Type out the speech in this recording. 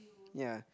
ya